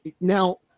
now